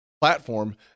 platform